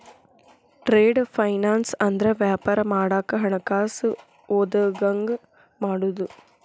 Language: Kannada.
ಟ್ರೇಡ್ ಫೈನಾನ್ಸ್ ಅಂದ್ರ ವ್ಯಾಪಾರ ಮಾಡಾಕ ಹಣಕಾಸ ಒದಗಂಗ ಮಾಡುದು